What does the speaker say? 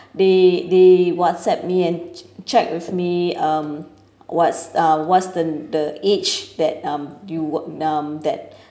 they they whatsapp me and check with me um what's uh what's the the age that um you um that